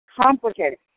complicated